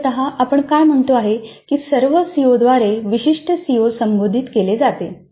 मूलत आपण काय म्हणतो आहे की सर्व सीओद्वारे विशिष्ट सीओ संबोधित केली जाते